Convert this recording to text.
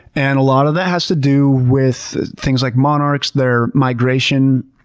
and a lot of that has to do with things like monarchs, their migration.